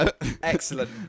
Excellent